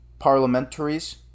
parliamentaries